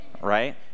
right